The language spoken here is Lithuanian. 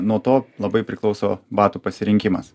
nuo to labai priklauso batų pasirinkimas